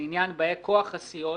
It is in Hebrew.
לעניין באי-כוח הסיעות: